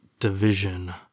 division